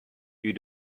you